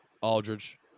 Aldridge